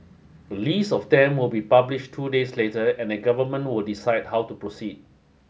a list of them will be publish two days later and the government will decide how to proceed